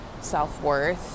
self-worth